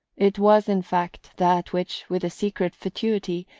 it was, in fact, that which, with a secret fatuity,